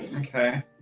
Okay